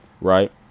Right